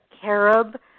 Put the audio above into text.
carob